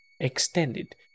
extended